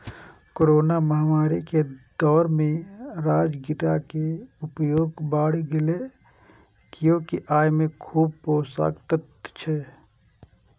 corona महामारी के दौर मे राजगिरा के उपयोग बढ़ि गैले, कियैकि अय मे खूब पोषक तत्व छै